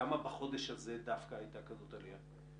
למה בחודש הזה דווקא הייתה כזאת עלייה?